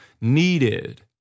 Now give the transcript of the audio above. needed